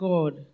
God